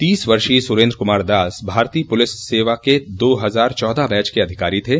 तीस वर्षीय सुरेन्द्र कुमार दास भारतीय पूलिस सेवा के दो हजार चौदह बैच के अधिकारी थे